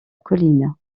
colline